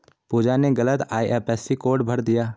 पूजा ने गलत IFSC code भर दिया